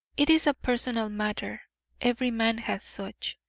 it is a personal matter every man has such.